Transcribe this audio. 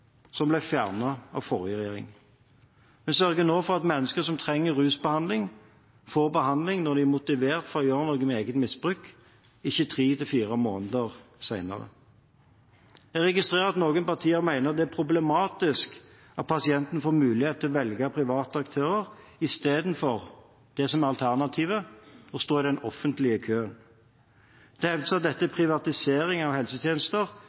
som ble fjernet av forrige regjering. Vi sørger nå for at mennesker som trenger rusbehandling, får behandling når de er motivert for å gjøre noe med eget misbruk – ikke tre–fire måneder senere. Jeg registrerer at noen partier mener det er problematisk at pasienten får mulighet til å velge private aktører i stedet for det som er alternativet, å stå i den offentlige køen. Det hevdes at dette er en privatisering av helsetjenester